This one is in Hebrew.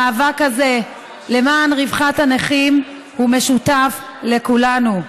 המאבק הזה למען רווחת הנכים משותף לכולנו.